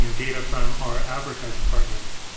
you know data from our advertising partners.